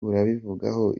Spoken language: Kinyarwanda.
urabivugaho